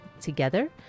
together